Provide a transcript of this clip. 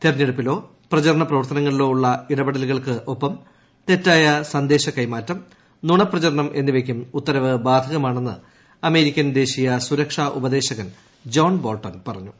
തെരഞ്ഞെടുപ്പിലോ പ്രചാരണ പ്രവർത്തനങ്ങളിലോ ഉള്ള ഇടപെടലുകൾക്ക് ഒപ്പം തെറ്റായ സന്ദേശകൈമാറ്റം നുണപ്രചരണം എന്നിവയ്ക്കും ഉത്തരവ് ബാധകമാണെന്ന് അമേരിക്കൻ ദേശീയ സുരക്ഷാ ഉപദേശകൻ ജോൺ ബോൾട്ടൻ പറഞ്ഞു